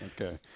Okay